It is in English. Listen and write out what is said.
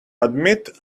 admit